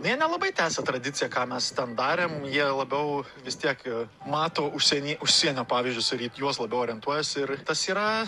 jie nelabai tęsia tradiciją ką mes ten darėm jie labiau vis tiek mato užsienį užsienio pavyzdžius ir į juos labiau orientuojasi ir tas yra